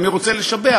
אני רוצה לשבח,